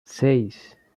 seis